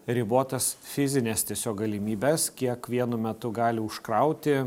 ribotas fizines tiesiog galimybes kiek vienu metu gali užkrauti